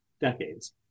decades